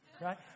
right